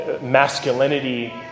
Masculinity